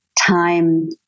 time